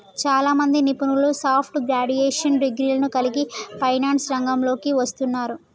చాలామంది నిపుణులు soft graduation డిగ్రీలను కలిగి ఫైనాన్స్ రంగంలోకి వస్తున్నారు